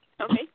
Okay